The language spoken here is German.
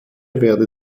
werde